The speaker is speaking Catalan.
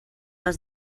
has